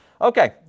Okay